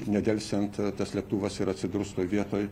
nedelsiant tas lėktuvas ir atsidurs toj vietoj